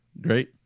great